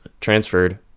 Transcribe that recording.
transferred